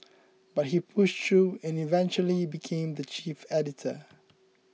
but he pushed through and eventually became the chief editor